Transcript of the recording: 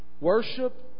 worship